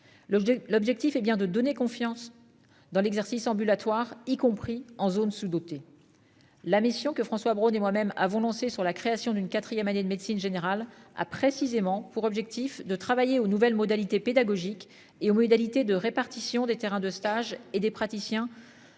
L'objectif est bien de donner confiance dans l'exercice ambulatoire, y compris en zones sous-dotées. La mission que François Braun et moi-même avons lancé sur la création d'une 4ème année de médecine générale a précisément pour objectif de travailler aux nouvelles modalités pédagogiques et aux modalités de répartition des terrains de stages et des praticiens